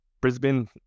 Brisbane